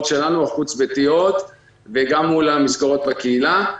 החוץ-ביתיות שלנו וגם מול המסגרות בקהילה.